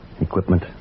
Equipment